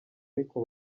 ariko